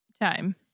time